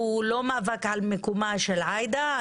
להתייחס לנקודה של חברת הכנסת עאידה תומא סלימאן